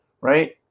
right